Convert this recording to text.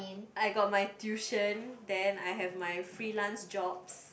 I got my tuition then I have my freelance jobs